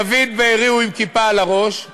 דוד בארי הוא עם כיפה על הראש,